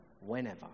whenever